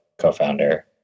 co-founder